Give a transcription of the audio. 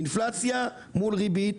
אינפלציה מול ריבית,